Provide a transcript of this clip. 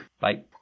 Bye